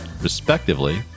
respectively